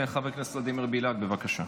חבר הכנסת ולדימיר בליאק, בבקשה.